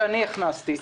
שאני הכנסתי,